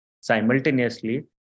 simultaneously